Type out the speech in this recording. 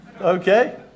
Okay